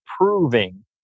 proving